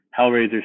Hellraiser